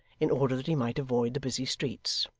in order that he might avoid the busy streets.